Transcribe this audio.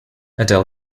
adele